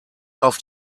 auf